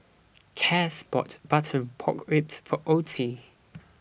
Cas bought Butter Pork Ribs For Ottie